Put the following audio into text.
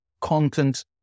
content